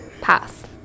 Pass